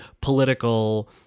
political